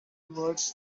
words